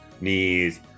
knees